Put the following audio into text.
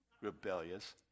Rebellious